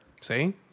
See